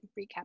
recap